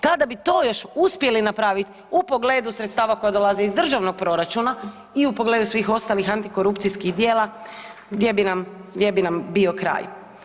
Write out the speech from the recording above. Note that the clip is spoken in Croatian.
Kada bi to još uspjeli napravit u pogledu sredstava koja dolaze iz državnog proračuna i u pogledu svih ostali antikorupcijskih djela, gdje bi nam bio kraj.